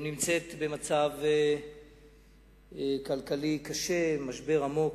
נמצאת במצב כלכלי קשה, משבר עמוק,